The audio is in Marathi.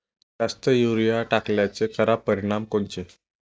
जास्त युरीया टाकल्याचे खराब परिनाम कोनचे?